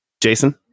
Jason